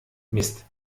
mist